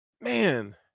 Man